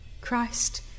Christ